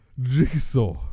Jigsaw